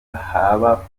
haba